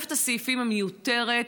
תוספת הסעיפים היא מיותרת,